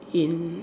in